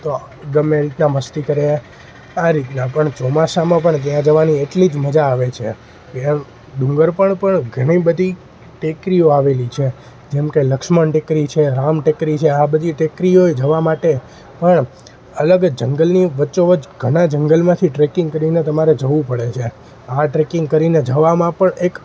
તો ગમે રીતના મસ્તી કરે આ રીતના પણ ચોમાસાંમાં પણ ત્યાં જવાની એટલી જ મજા આવે છે ડુંગર પણ પણ ઘણી બધી ટેકરીઓ આવેલી છે જેમ કે લક્ષ્મણ ટેકરી છે રામ ટેકરી છે આ બધી ટેકરીઓએ જવા માટે પણ અલગ જ જંગલની વચ્ચોવચ ઘના જંગલમાંથી ટ્રેકિંગ કરીને તમારે જવું પડે છે આ ટ્રેકિંગ કરીને જવામાં પણ એક